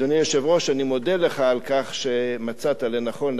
אני מודה לך על כך שמצאת לנכון לאפשר לי לדבר,